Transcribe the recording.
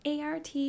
ART